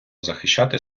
захищати